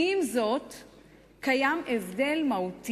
אבל הוא לא גדול.